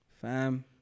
fam